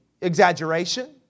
exaggeration